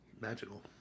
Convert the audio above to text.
Magical